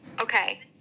Okay